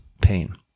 pain